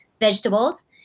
vegetables